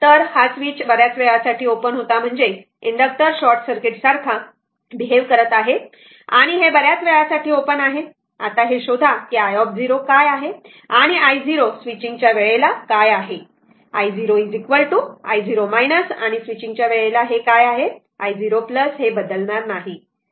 तर हा स्वीच बऱ्याच वेळासाठी ओपन होतं म्हणजे हा इंडक्टर शॉर्ट सर्किट सारखा बिहेव करत आहे आणि हे बऱ्याच वेळा साठी ओपन आहे आता हे शोधा की i0 काय आहे आणि i0 स्विचींग च्या वेळेला काय आहे i0 i0 आणि स्विचींग च्या वेळेला काय आहे i0 हे बदलणार नाही बरोबर